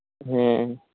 ᱦᱮᱸ